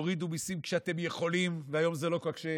תורידו מיסים כשאתם יכולים, והיום זה לא קשה,